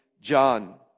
John